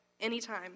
anytime